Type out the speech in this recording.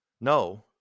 no